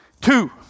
Two